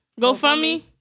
GoFundMe